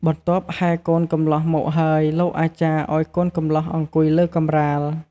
បន្ទាប់ហែរកូនកំលោះមកហើយ លោកអាចារ្យឲ្យកូនកំលោះអង្គុយលើកម្រាល។